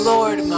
Lord